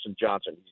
Johnson